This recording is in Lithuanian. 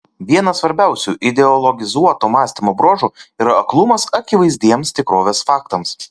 vienas svarbiausių ideologizuoto mąstymo bruožų yra aklumas akivaizdiems tikrovės faktams